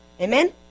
Amen